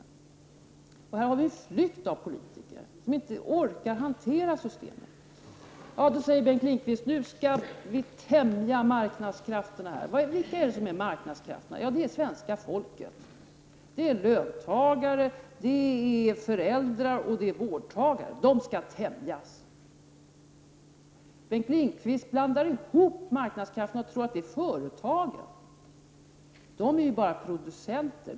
Här har vi att göra med en flykt av politiker som inte orkar hantera systemet. Då säger Bengt Lindqvist att vi skall tämja marknadskrafterna. Vilka är marknadskrafter? Jo, det är svenska folket — löntagare, föräldrar och vårdtagare. De skall alltså tämjas. Bengt Lindqvist blandar ihop marknadskrafterna och tror att det rör sig om företagen. Företagen är bara producenter.